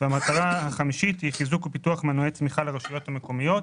המטרה החמישית היא חיזוק ופיתוח מנועי צמיחה לרשויות המקומיות,